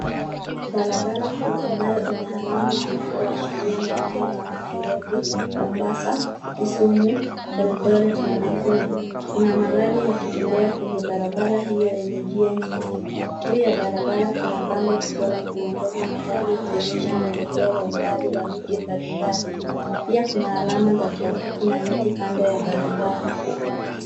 Barabara kuu ambayo ina alama zinazoashiria maeneo kama Nairobi, Mombasa, Kisumu, Eldoret na Nakuru. Kuna magari yakitembea kwenye barabara hiyo yenye njia nyingi. Juu ya barabara kuna bango kubwa la kuongoza magari ikionyesha mwelekeo wa umbali wa miji mbalimbali. Pia kuna alama za trafiki na miti kando ya barabara.